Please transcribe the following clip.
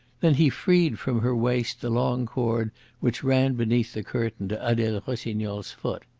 then he freed from her waist the long cord which ran beneath the curtain to adele rossignol's foot.